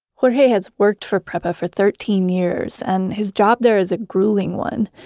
jorge has worked for prepa for thirteen years and his job there is a grueling one.